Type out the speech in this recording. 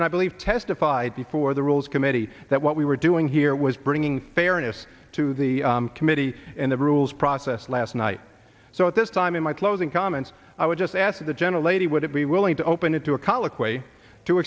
and i believe testified before the rules committee that what we were doing here was bringing fairness to the committee in the rules process last night so at this time in my closing comments i would just ask the general lady would it be willing to open it to a